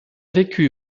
vécu